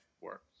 works